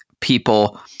people